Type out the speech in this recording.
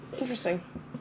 Interesting